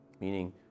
meaning